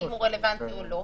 האם הוא רלוונטי או לא,